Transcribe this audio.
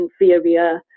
inferior